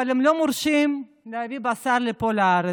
אבל הם לא מורשים להביא בשר לפה, לארץ.